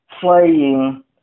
playing